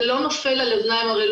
זה לא נופל על אוזניים ערלות,